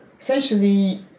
Essentially